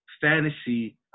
fantasy